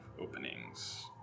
openings